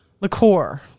liqueur